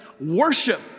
Worship